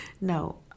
No